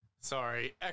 Sorry